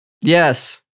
Yes